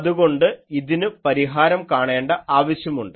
അതുകൊണ്ട് ഇതിനു പരിഹാരം കാണേണ്ട ആവശ്യമുണ്ട്